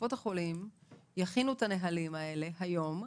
קופות החולים יכינו את הנהלים האלה היום,